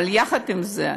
עם זאת,